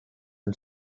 del